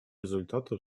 результаты